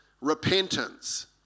repentance